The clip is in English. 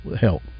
help